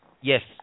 Yes